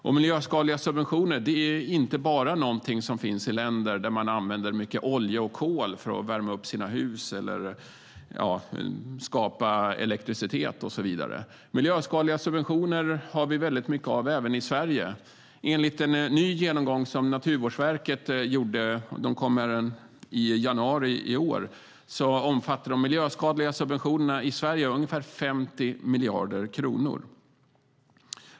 Och miljöskadliga subventioner är någonting som inte bara finns i länder som använder mycket olja och kol för att värma upp sina hus, för att skapa elektricitet och så vidare. Miljöskadliga subventioner har vi väldigt mycket av även i Sverige. Enligt en ny genomgång som Naturvårdsverket kom med i januari i år omfattar de miljöskadliga subventionerna i Sverige ungefär 50 miljarder kronor.